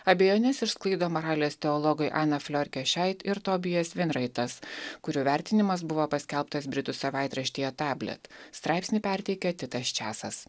abejones išsklaido moralės teologai ana flior kešeit ir tobijas vinraitas kurių vertinimas buvo paskelbtas britų savaitraštyje tablet straipsnį perteikia titas česas